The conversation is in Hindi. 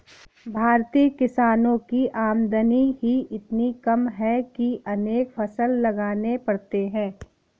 भारतीय किसानों की आमदनी ही इतनी कम है कि अनेक फसल लगाने पड़ते हैं